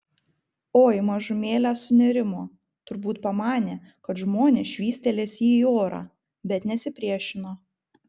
oi mažumėlę sunerimo turbūt pamanė kad žmonės švystelės jį į orą bet nesipriešino